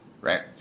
right